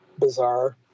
bizarre